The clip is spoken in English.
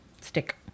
stick